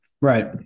Right